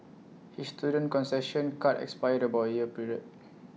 his student concession card expired about A year prior